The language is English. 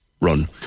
run